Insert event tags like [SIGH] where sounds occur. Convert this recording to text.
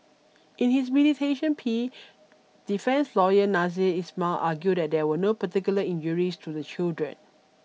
in his [UNINTELLIGIBLE] plea defence lawyer Nasser Ismail argued that there were no particular injuries to the children